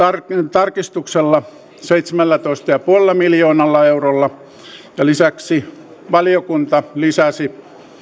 tarkistuksella seitsemällätoista pilkku viidellä miljoonalla eurolla ja lisäksi valiokunta lisäsi